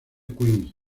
queens